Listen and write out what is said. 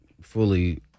fully